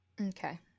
Okay